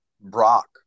Brock